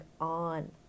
on